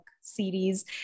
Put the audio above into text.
series